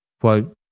Quote